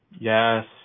Yes